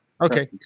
Okay